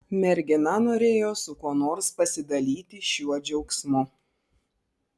mergina norėjo su kuo nors pasidalyti šiuo džiaugsmu